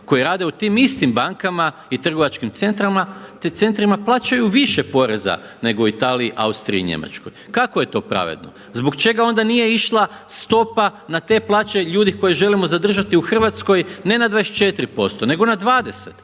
koji rade u tim istim bankama i trgovačkim centrima plaćaju više poreza nego u Italiji, Austriji i Njemačkoj. Kako je to pravedno? Zbog čega onda nije išla stopa na te plaće ljudi koje želimo zadržati u Hrvatskoj ne na 24% nego na 20